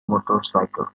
motorcycle